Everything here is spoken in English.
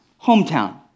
hometown